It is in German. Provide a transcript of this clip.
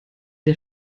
der